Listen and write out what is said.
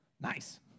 Nice